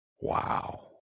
Wow